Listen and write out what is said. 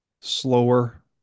slower